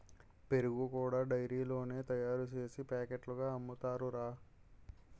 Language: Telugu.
పెరుగు కూడా డైరీలోనే తయారుసేసి పాకెట్లుగా అమ్ముతారురా